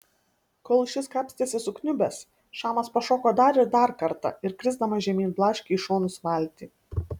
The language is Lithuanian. kol šis kapstėsi sukniubęs šamas pašoko dar ir dar kartą ir krisdamas žemyn blaškė į šonus valtį